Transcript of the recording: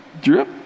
drip